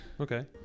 Okay